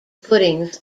footings